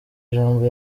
ijambo